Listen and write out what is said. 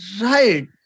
Right